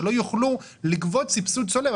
שלא יוכלו לגבות סבסוד צולב?